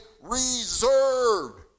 reserved